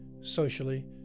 socially